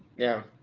yeah.